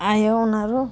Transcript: आयो उनीहरू